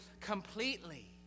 completely